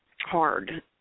hard